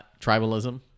tribalism